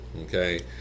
Okay